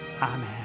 Amen